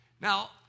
Now